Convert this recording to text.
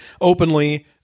openly